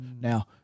now